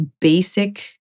basic